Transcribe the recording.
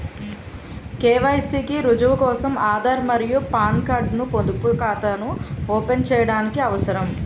KYC కి రుజువు కోసం ఆధార్ మరియు పాన్ కార్డ్ ను పొదుపు ఖాతాను ఓపెన్ చేయడానికి అవసరం